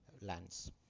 lands